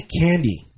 candy